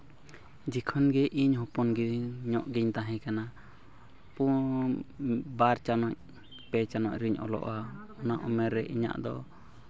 ᱡᱚᱠᱷᱚᱱ ᱜᱮ ᱤᱧ ᱦᱚᱯᱚᱱ ᱧᱚᱜ ᱜᱤᱧ ᱛᱟᱦᱮᱸ ᱠᱟᱱᱟ ᱩᱱ ᱵᱟᱨ ᱪᱟᱱᱟᱪ ᱯᱮ ᱪᱟᱢᱚᱪ ᱨᱤᱧ ᱚᱞᱚᱜᱼᱟ ᱚᱱᱟ ᱩᱢᱮᱨ ᱨᱮ ᱤᱧᱟᱹᱜ ᱫᱚ